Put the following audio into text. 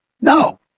No